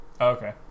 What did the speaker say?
okay